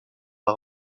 par